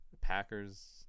Packers